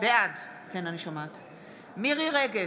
בעד מירי מרים רגב,